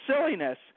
silliness